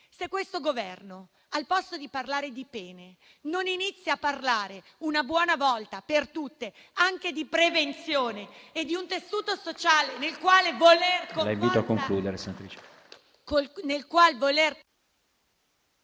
Se questo Governo, invece di parlare di pene, non inizia a parlare, una volta per tutte, anche di prevenzione e di un tessuto sociale nel quale voler...